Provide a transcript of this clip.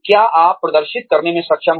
क्या आप प्रदर्शित करने में सक्षम हैं